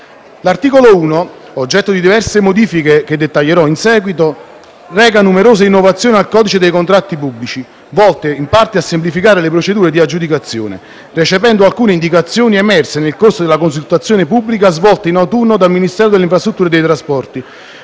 L'articolo 1, oggetto di diverse modifiche che dettaglierò in seguito, reca numerose innovazioni al codice dei contratti pubblici, volte in parte a semplificare le procedure di aggiudicazione, recependo alcune indicazioni emerse nel corso della consultazione pubblica svolta in autunno dal Ministero delle infrastrutture e dei trasporti,